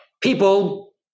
People